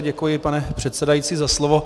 Děkuji, pane předsedající, za slovo.